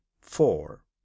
four